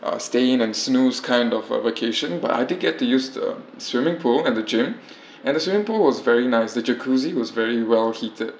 uh staying and snooze kind of a vacation but I do get to use the swimming pool at the gym and the swimming pool was very nice the jacuzzi was very well heated